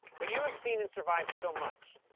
but you have seen and survived so much.